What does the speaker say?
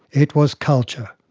it was culture.